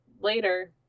later